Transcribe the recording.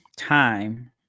time